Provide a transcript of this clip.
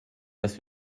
das